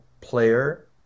player